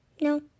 No